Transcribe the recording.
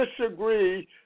disagree